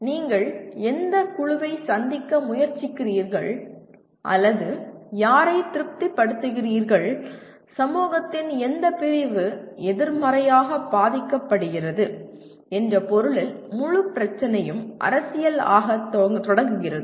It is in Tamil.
நீங்கள் எந்தக் குழுவைச் சந்திக்க முயற்சிக்கிறீர்கள் அல்லது யாரை திருப்திப்படுத்துகிறீர்கள் சமூகத்தின் எந்தப் பிரிவு எதிர்மறையாக பாதிக்கப் படுகிறது என்ற பொருளில் முழு பிரச்சனையும் அரசியல் ஆகத் தொடங்குகிறது